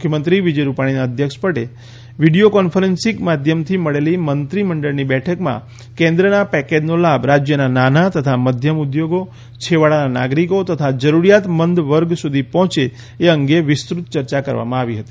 મુખ્યમંત્રી વિજય રૂપાણીના અધ્યક્ષપદે વીડિયો કોન્ફરન્સિંગ માધ્યમથી મળેલી મંત્રીમંડળની બેઠકમાં કેન્દ્રના પેકેજનો લાભ રાજ્યના નાના તથા મધ્યમ ઉદ્યોગો છેવાડાના નાગરિકો તથા જરૂરિયાતમંદ વર્ગ સુધી પહોંચે એ અંગે વિસ્તૃત ચર્ચા કરવામાં આવી હતી